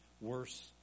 worse